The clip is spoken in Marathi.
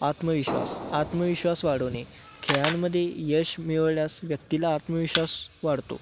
आत्मविश्वास आत्मविश्वास वाढवणे खेळांमध्ये यश मिळवल्यास व्यक्तीला आत्मविश्वास वाढतो